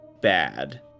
bad